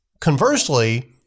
Conversely